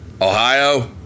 Ohio